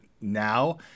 now